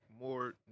more